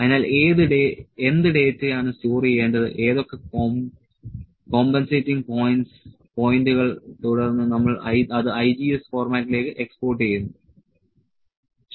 അതിനാൽ എന്ത് ഡാറ്റയാണ് സ്റ്റോർ ചെയ്യേണ്ടത് ഏതൊക്കെ കോംപെൻസേറ്റിങ് പോയിന്റുകൾ തുടർന്ന് നമ്മൾ അത് IGES ഫോർമാറ്റിലേക്ക് എക്സ്പോർട്ട് ചെയ്യുന്നു ശരി